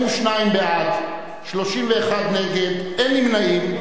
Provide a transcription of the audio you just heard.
42 בעד, 31 נגד, אין נמנעים.